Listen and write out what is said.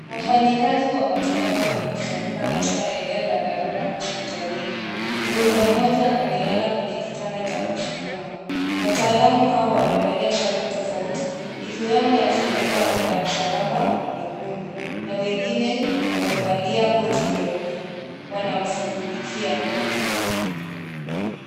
Wafanyikazi wa matibabu wamekusanyika katika eneo la dharurua hospitalini. Mgonjwa mmoja amelala kwenye kitanda cha kuskuma. Wataalam hao wamevalia sare tofauti ikiwemo ya shirika la msalaba mwekundu na wengine wamevalia koti nyeupe wanamshughulikia.